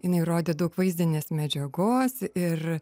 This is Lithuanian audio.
jinai rodė daug vaizdinės medžiagos ir